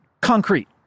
Concrete